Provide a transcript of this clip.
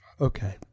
Okay